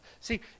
See